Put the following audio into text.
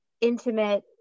intimate